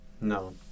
No